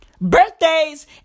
Birthdays